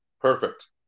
perfect